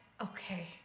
okay